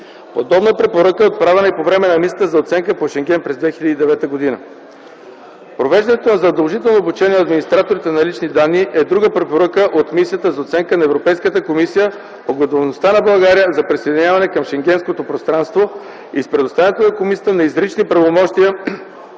Подобна препоръка е отправена и по време на мисията за оценка по Шенген за 2009 г. Провеждането на задължително обучение на администрацията на личните данни е друга препоръка от мисията за оценка на Европейската комисия по готовността на България за присъединяване към Шенгенското пространство. Предоставянето на комисията на изрични правомощия